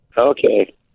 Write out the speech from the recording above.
Okay